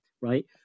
right